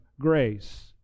grace